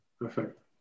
Perfect